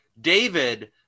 David